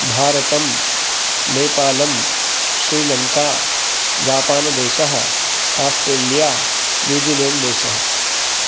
भारतं नेपालं श्रीलङ्का जापानदेशः आस्ट्रेलिया न्यूजीलेण्ड्देशः